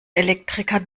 elektriker